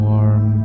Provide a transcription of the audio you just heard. Warm